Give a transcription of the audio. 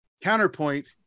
Counterpoint